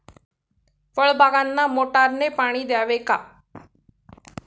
फळबागांना मोटारने पाणी द्यावे का?